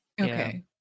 Okay